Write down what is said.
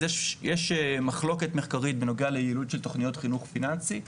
אז יש מחלוקת מחקרית בנושא ליעילות של תוכניות חינוך פיננסי.